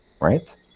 right